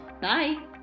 Bye